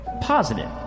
positive